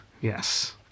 Yes